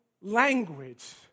language